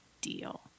deal